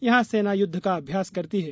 यहां सेना युद्ध का अभ्यास करती है